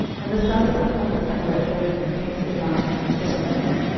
and the sons of the prophets that were at jericho came to elisha, and said unto him,